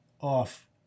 off